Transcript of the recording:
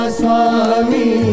swami